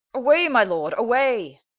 away my lord, away.